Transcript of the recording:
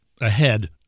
ahead